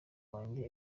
wanjye